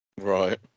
Right